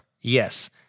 Yes